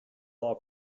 law